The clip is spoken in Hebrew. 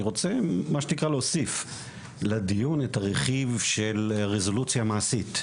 אני רוצה מה שנקרא להוסיף לדיון את הרכיב של רזולוציה מעשית,